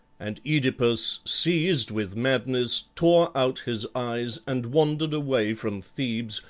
and oedipus, seized with madness, tore out his eyes and wandered away from thebes,